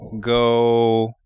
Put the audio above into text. go